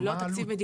זה לא תקציב מדינה.